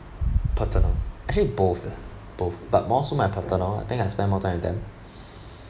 paternal actually both lah both but more so my paternal I think I spend more time with them